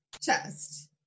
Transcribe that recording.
chest